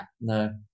No